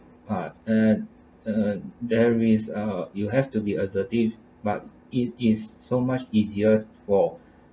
but uh uh there is uh you have to be assertive but it is so much easier for